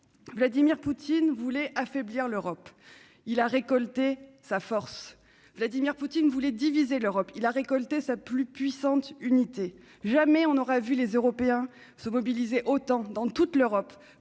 Vladimir Poutine voulait affaiblir l'Europe : il a récolté sa force. Vladimir Poutine voulait diviser l'Europe : il a récolté sa plus puissante unité. Jamais on n'aura vu les Européens se mobiliser autant, dans toute l'Europe,